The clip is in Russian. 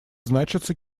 значится